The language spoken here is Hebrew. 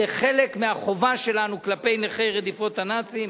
זה חלק מהחובה שלנו כלפי נכי רדיפות הנאצים.